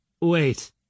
Wait